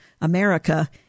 America